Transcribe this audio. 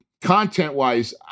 content-wise